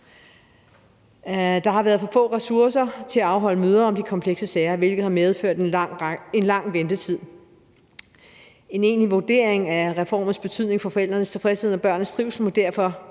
Der har været for få ressourcer til at afholde møder om de komplekse sager, hvilket har medført en lang ventetid. En egentlig vurdering af reformens betydning for forældrenes tilfredshed og børnenes trivsel må derfor